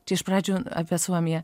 čia iš pradžių apie suomiją